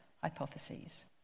hypotheses